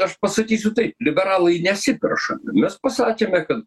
aš pasakysiu taip liberalai nesiperša mes pasakėme kad